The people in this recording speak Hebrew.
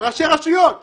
ראשי רשויות בצפון,